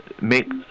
make